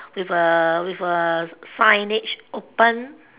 with a with a signage open